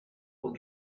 will